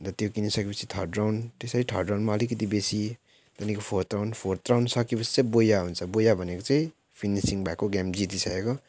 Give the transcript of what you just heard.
अन्त त्यो किनिसके पछि थर्ड राउन्ड त्यसरी थर्ड राउन्डमा अलिकिति बेसी त्यहाँदेखि फोर्थ राउन्ड फोर्थ राउन्ड सके पछि चाहिँ बोया हुन्छ बोया भनेको चाहिँ फिनिसिङ भएको गेम जितिसकेको